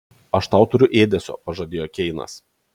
aš tau turiu ėdesio pažadėjo keinas